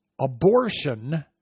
abortion